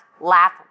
laugh